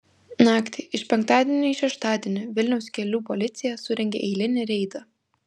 naktį iš penktadienio į šeštadienį vilniaus kelių policija surengė eilinį reidą